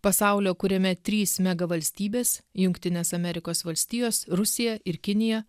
pasaulio kuriame trys mega valstybės jungtinės amerikos valstijos rusija ir kinija